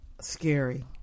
scary